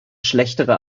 schlechtere